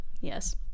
Yes